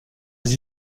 les